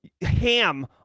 ham